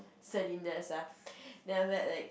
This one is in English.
cylinders ah then after that like